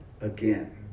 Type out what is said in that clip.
again